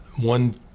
one